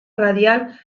radial